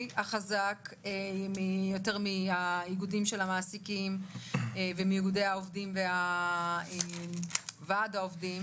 החזק יותר מהאיגודים של המעסיקים ומאיגודי העובדים וועד העובדים.